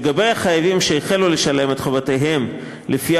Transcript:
לגבי החייבים שהחלו לשלם את חובותיהם לפי